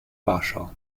warschau